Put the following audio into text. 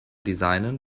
designen